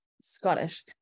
scottish